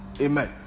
Amen